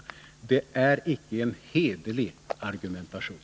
Det är icke en hederlig argumentation.